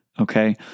okay